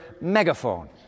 megaphone